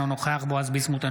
אינו נוכח בועז ביסמוט,